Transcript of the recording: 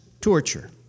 torture